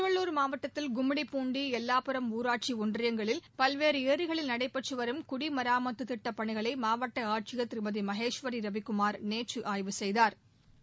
திருவள்ளூர் மாவட்டத்தில் கும்மிடிப்பூண்டி எல்லாபுரம் ஊராட்சி ஒன்றியங்களில் பல்வேறு ளிகளில் நடைபெற்றுவரும் குடிமராமத்து திட்டப் பணிகளை மாவட்ட ஆட்சியர் திருமுதி மகேஷ்வரி ரவிக்குமா் நேற்று ஆய்வு செய்தாா்